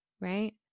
right